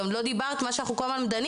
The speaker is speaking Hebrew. גם לא דיברת על מה שאנחנו כל הזמן דנים,